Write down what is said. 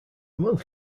month